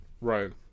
Right